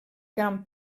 gran